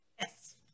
Yes